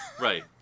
Right